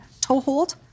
toehold